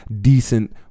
decent